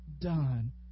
done